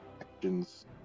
Actions